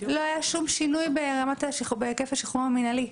לא היה שום שינוי בהיקף השחרור המנהלי.